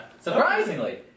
Surprisingly